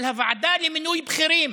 על הוועדה למינוי בכירים,